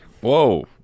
Whoa